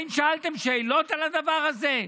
האם שאלתם שאלות על הדבר הזה?